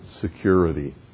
security